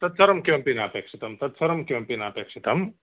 तत्सर्वं किमपि न अपेक्षितं तत् सर्वं किमपि न अपेक्षितम्